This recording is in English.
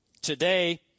Today